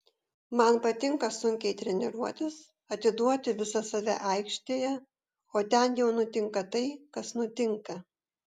man patinka sunkiai treniruotis atiduoti visą save aikštėje o ten jau nutinka tai kas nutinka